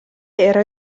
era